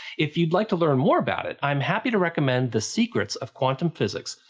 if you'd like to learn more about it, i'm happy to recommend the secrets of quantum physics,